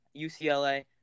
UCLA